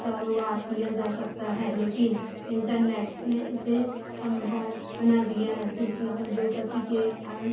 कारोबार किया जा सकता है लेकिन इन्टरनेट ने इसे सम्भव बना दिया है सूचना उद्योग गति के अंत